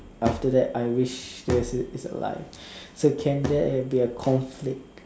after that I wish is alive so can there be a conflict